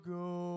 go